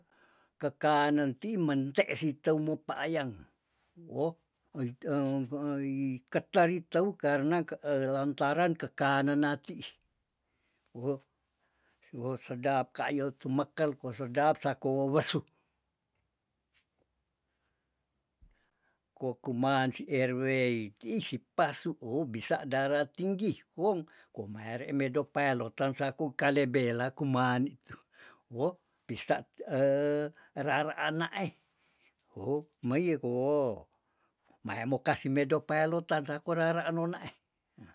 Kekanenti mente siteu mopayang oh kete ri teu karna ke e lantaran kekanena ti ih woh siwo sedap kayo tu mekel ko sedap sako wowesuh, kokuman si erwei ti ih sipasu wo bisa daratinggi kong komere medo peiloten saku ka lebe la kuman ni tuh wo pisat ra- ra anaeh woh mei ekoh mai mo kasih medok payalutan rako rara nona eh.